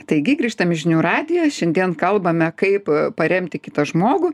taigi grįžtam į žinių radiją šiandien kalbame kaip paremti kitą žmogų